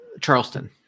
Charleston